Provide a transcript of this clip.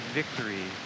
victory